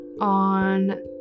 on